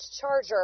Charger